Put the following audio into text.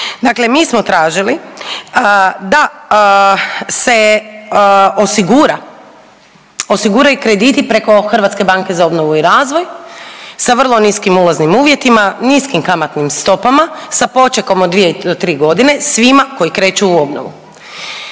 Dakle mi smo tražili da se osigura, osiguraju krediti preko HBOR-a sa vrlo niskim ulaznim uvjetima, niskim kamatnim stopama, sa počekom od 2 do 3.g. svima koji kreću u obnovu